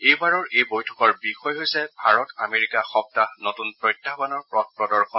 এইবাৰৰ এই বৈঠকৰ বিষয় হৈছে ভাৰত আমেৰিকা সপ্তাহ ঃ নতুন প্ৰত্যাহ্বানৰ পথ প্ৰদৰ্শন